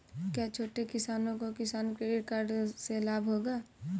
क्या छोटे किसानों को किसान क्रेडिट कार्ड से लाभ होगा?